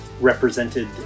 represented